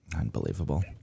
unbelievable